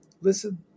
listen